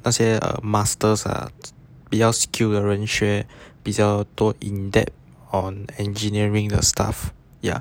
那些 ah masters ah 比较 skilled 的人学比较多 in depth on engineering the stuff ya